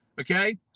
Okay